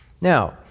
Now